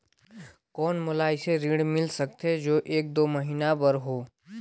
कौन मोला अइसे ऋण मिल सकथे जो एक दो महीना बर हो?